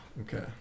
Okay